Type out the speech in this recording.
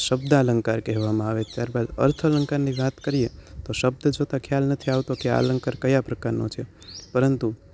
શબ્દાલંકાર કહેવામાં આવે ત્યાર બાદ અર્થ અલંકારની વાત કરીએ તો શબ્દ જોતાં ખ્યાલ નથી આવતો કે આ અલંકાર કયા પ્રકારનો છે પરંતુ